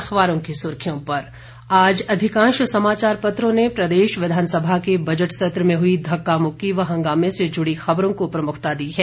अखबारों की सुर्खियों पर आज अधिकांश समाचार पत्रों ने प्रदेश विधानसभा के बजट सत्र में हुई धक्का मुक्की व हंगामे से जुड़ी खबरों को प्रमुखता दी है